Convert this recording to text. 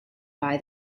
buy